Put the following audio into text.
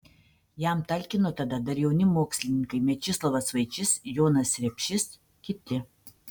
jam talkino tada dar jauni mokslininkai mečislovas vaičys jonas repšys kiti